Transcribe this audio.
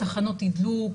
תחנות תדלוק,